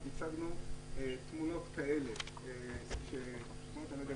תמונות כאלה של עומסים בתחנות המרכזיות.